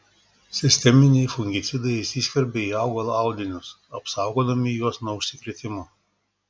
sisteminiai fungicidai įsiskverbia į augalo audinius apsaugodami juos nuo užsikrėtimo